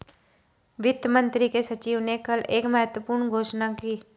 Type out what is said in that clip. वित्त मंत्री के सचिव ने कल एक महत्वपूर्ण घोषणा की